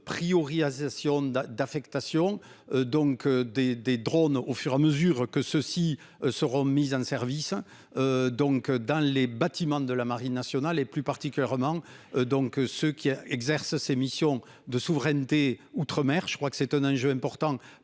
association d'affectation donc des des drone au fur et à mesure que ceux-ci seront mises en service. Donc dans les bâtiments de la Marine nationale, et plus particulièrement. Donc ce qui exerce ses missions de souveraineté outre-mer je crois que c'est un enjeu important